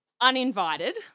Uninvited